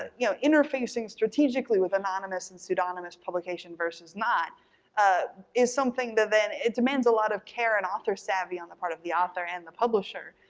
you know, interfacing strategically with anonymous and pseudonymous publication versus not is something that then, it demands a lot of care and author savvy on the part of the author and the publisher.